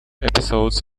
episodes